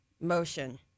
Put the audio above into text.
Motion